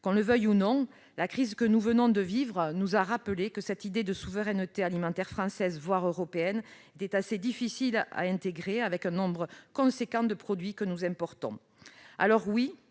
Qu'on le veuille ou non, la crise que nous venons de vivre nous a rappelé que cette idée de souveraineté alimentaire française, voire européenne, était assez difficile à intégrer, avec un nombre conséquent de produits que nous importons. Oui,